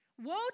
Woe